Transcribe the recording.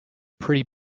pretty